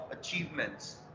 achievements